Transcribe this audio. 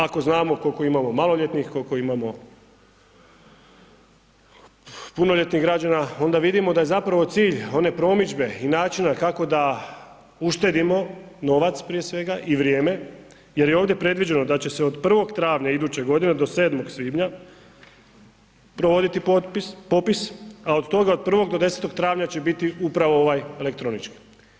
Ako znamo kolko imamo maloljetnih, kolko imamo punoljetnih građana onda vidimo da je zapravo cilj one promidžbe i načina kako da uštedimo novac prije svega i vrijeme jer je ovdje predviđeno da će se od 1. travnja iduće godine do 7. svibnja provoditi potpis, popis, a od toga od 1. do 10. travnja će biti upravo ovaj elektronički.